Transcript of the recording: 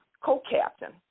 co-captain